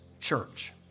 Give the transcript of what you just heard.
church